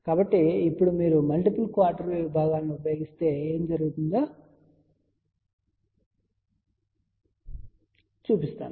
కాబట్టి ఇప్పుడు మీరు మల్టిపుల్ క్వార్టర్ వేవ్ విభాగాలను ఉపయోగిస్తే ఏమి జరుగుతుందో మీకు చూపిస్తాను